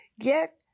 Get